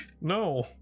No